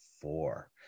four